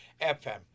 FM